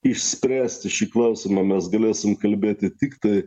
išspręsti šį klausimą mes galėsim kalbėti tiktai